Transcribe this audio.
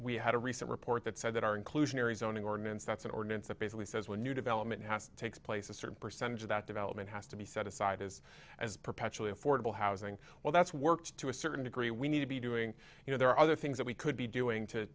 we had a recent report that said that our inclusionary zoning ordinance that's an ordinance that basically says when new development has takes place a certain percentage of that development has to be set aside is as perpetually affordable housing well that's worked to a certain degree we need to be doing you know there are other things that we could be doing to